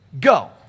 Go